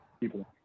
People